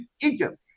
Egypt